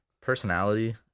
personality